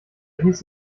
hieß